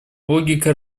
логика